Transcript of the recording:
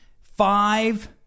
Five